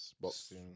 boxing